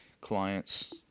clients